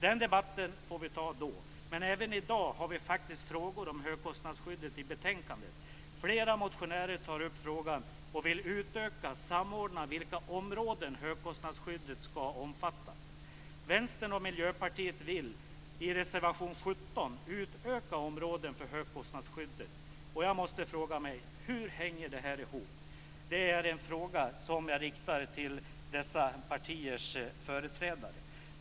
Den debatten får vi ta då. Men även i dag har vi faktiskt frågor om högkostnadsskydd i betänkandet. Flera motionärer tar upp frågan och vill utöka och samordna vilka områden högkostnadsskyddet skall omfatta. Vänstern och Miljöpartiet vill i reservation Hur hänger detta ihop? Det en fråga som jag riktar till dessa partiers företrädare.